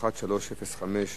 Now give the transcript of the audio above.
1305,